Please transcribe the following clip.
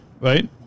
Right